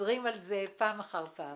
מטופלים על ידי מערך תביעה חיצוני.